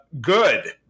good